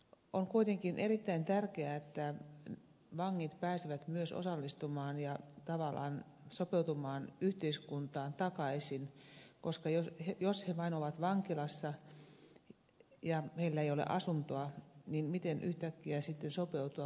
on kuitenkin erittäin tärkeää että vangit pääsevät myös osallistumaan ja tavallaan sopeutumaan yhteiskuntaan takaisin koska jos he vain ovat vankilassa ja heillä ei ole asuntoa niin miten yhtäkkiä sitten sopeutua muuttuneeseen ympäristöön